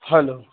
hello